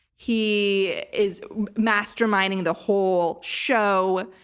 he is masterminding the whole show,